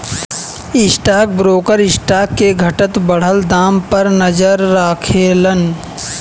stock broker stock के घटत बढ़त दाम पर नजर राखेलन